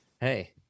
Hey